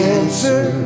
answer